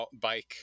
bike